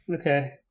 Okay